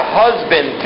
husband